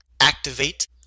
activate